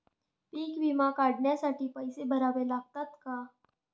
पीक विमा काढण्यासाठी पैसे भरावे लागतात का?